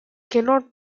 cannot